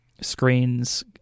screens